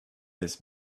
this